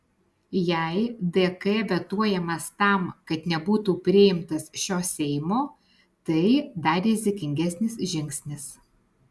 jei dk vetuojamas tam kad nebūtų priimtas šio seimo tai dar rizikingesnis žingsnis